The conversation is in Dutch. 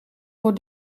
voor